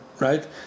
right